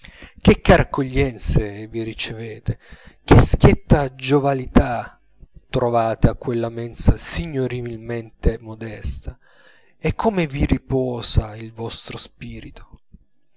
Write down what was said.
che care accoglienze vi ricevete che schietta giovialità trovate a quella mensa signorilmente modesta e come vi riposa il vostro spirito